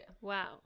Wow